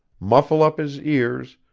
muffle up his ears,